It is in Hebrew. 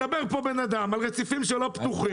מדבר פה בן אדם על רציפים שלא פתוחים.